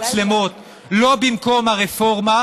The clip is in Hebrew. אדוני סגן השר, בניגוד לנדרש באירופה,